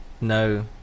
No